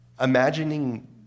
imagining